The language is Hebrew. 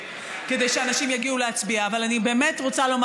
אני צריכה לעזור לאופוזיציה,